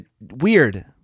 weird